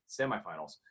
semifinals